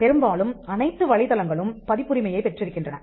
பெரும்பாலும் அனைத்து வலைதளங்களும் பதிப்புரிமையைப் பெற்றிருக்கின்றன